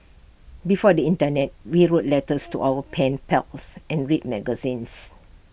before the Internet we wrote letters to our pen pals and read magazines